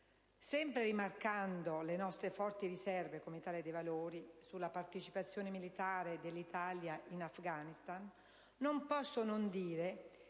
Sempre rimarcando le nostre forti riserve come Italia dei Valori sulla partecipazione militare dell'Italia in Afghanistan, non posso non dire che,